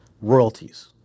royalties